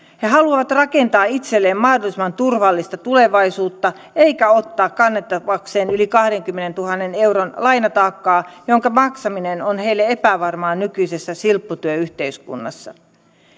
he haluavat rakentaa itselleen mahdollisimman turvallista tulevaisuutta eivätkä ottaa kannettavakseen yli kahdenkymmenentuhannen euron lainataakkaa jonka maksaminen on heille epävarmaa nykyisessä silpputyöyhteiskunnassa